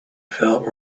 felt